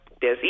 Busy